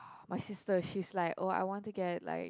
my sister she's like oh I want to get like